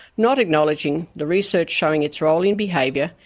not acknowledging the research showing its role in behaviour,